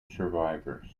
survivors